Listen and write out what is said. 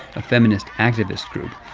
a feminist activist group.